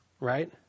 right